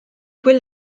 quel